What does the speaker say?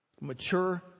Mature